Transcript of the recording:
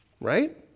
Right